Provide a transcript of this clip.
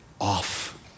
off